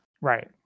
Right